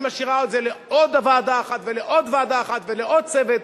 אני משאירה את זה לעוד ועדה אחת ולעוד ועדה אחת ולעוד צוות.